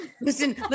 listen